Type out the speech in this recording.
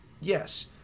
yes